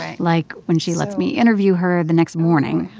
ah like when she lets me interview her the next morning,